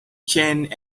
change